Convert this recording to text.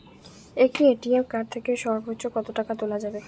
একটি ATM card থেকে সর্বোচ্চ কত টাকা তোলা যাবে?